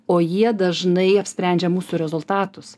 o jie dažnai apsprendžia mūsų rezultatus